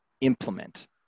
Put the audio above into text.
implement